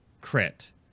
crit